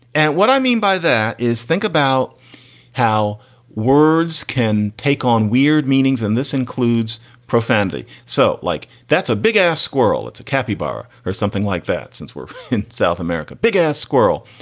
and what i mean by that is think about how words can take on weird meanings. and this includes profanity. so, like, that's a big ass squirrel it's a kappy bar or something like that since we're in south america. big ass squirrel.